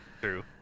True